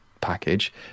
package